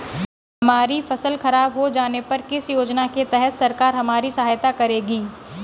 हमारी फसल खराब हो जाने पर किस योजना के तहत सरकार हमारी सहायता करेगी?